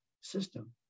system